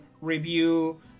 review